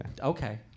Okay